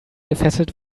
gefesselt